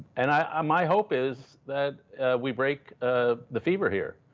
and i my hope is that we break ah the fever here.